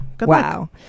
wow